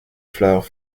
fleurs